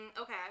Okay